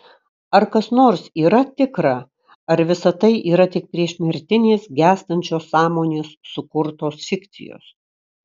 ar kas nors yra tikra ar visa tai yra tik priešmirtinės gęstančios sąmonės sukurtos fikcijos